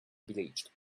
bleached